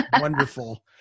wonderful